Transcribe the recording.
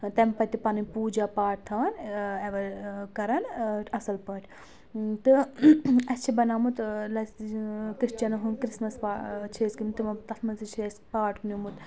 تمہِ پَتہٕ تہِ پَنٕنۍ پوٗجا پاٹھ تھاوان کَران اَصٕل پٲٹھۍ تہٕ اَسہِ چھِ بَنومُت کرِسچَن ہُنٛد کِرسمَس چھِ أسۍ گَمٕتۍ تِمو تَتھ منٛز تہِ چھِ أسۍ پاٹ نِیومُت